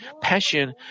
passion